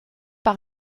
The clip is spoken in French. par